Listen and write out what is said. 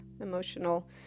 emotional